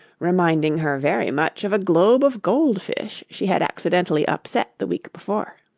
reminding her very much of a globe of goldfish she had accidentally upset the week before.